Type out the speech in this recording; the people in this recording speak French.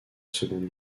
seconde